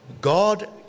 God